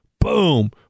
Boom